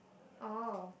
oh